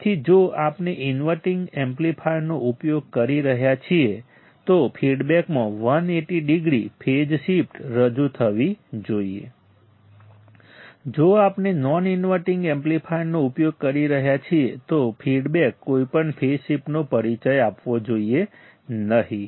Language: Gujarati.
તેથી જો આપણે ઇન્વર્ટિંગ એમ્પ્લીફાયરનો ઉપયોગ કરી રહ્યા છીએ તો ફીડબેકમાં 180 ડિગ્રી ફેઝ શિફ્ટ રજૂ થવી જોઈએ જો આપણે નોન ઈન્વર્ટિંગ એમ્પ્લીફાયરનો ઉપયોગ કરી રહ્યા છીએ તો ફીડબેક કોઈપણ ફેઝ શિફ્ટનો પરિચય આપવો જોઈએ નહીં